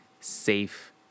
safe